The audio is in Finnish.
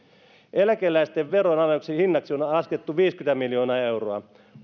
eläkeläisten veronalennuksen hinnaksi on on laskettu viisikymmentä miljoonaa euroa